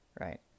right